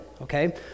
okay